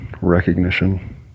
recognition